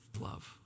love